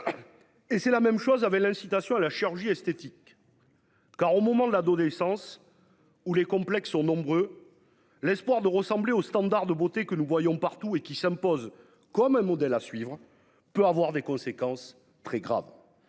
Et c'est la même chose avec l'incitation à la chirurgie esthétique. Car au moment de l'adolescence où les complexes sont nombreux. L'espoir de ressembler aux standards de beauté que nous voyons partout et qui s'impose comme un modèle à suivre, peut avoir des conséquences très graves.